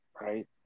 Right